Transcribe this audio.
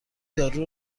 دارو